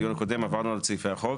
בדיון הקודם עברנו על סעיפי החוק